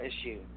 issue